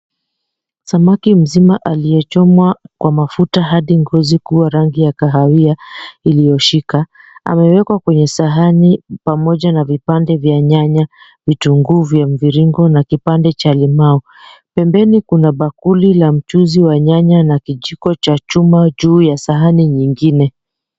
Samaki mzima aliyechomwa kwa mafuta hadi ngozi kuwa rangi ya kahawia iliyoshika amewekwa kwenye sahani pamoja na vipande vya nyanya, vitunguu vya mviringo na kipande cha limau. Pembeni kuna bakuli la mchuzi wa nyanya na kijiko cha chuma juu ya sahani nyingine.